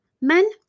men